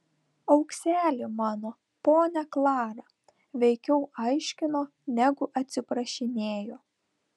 aukseli mano ponia klara veikiau aiškino negu atsiprašinėjo